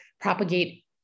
propagate